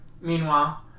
Meanwhile